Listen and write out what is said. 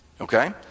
Okay